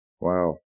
Wow